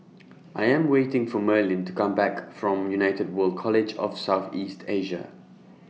I Am waiting For Merlin to Come Back from United World College of South East Asia